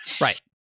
Right